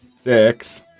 six